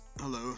Hello